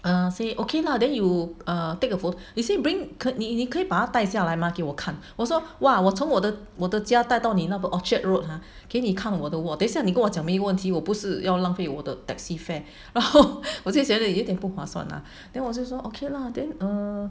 err say okay lah then you err take a photo they say bring 你你可以把它带下来吗给我看我说 !wah! 我从我的我的家带到你们的 Orchard road !huh! 给你看我的 wok 等下你跟我讲没问题我不是要浪费我的 taxi fare 然后我就想想有点不划算 lah then 我就说 ok lah then err